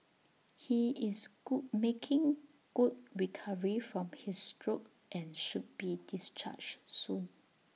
he is good making good recovery from his stroke and should be discharged soon